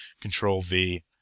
Control-V